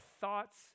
thoughts